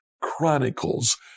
chronicles